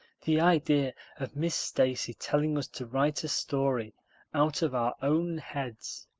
the idea of miss stacy telling us to write a story out of our own heads!